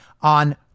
on